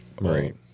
Right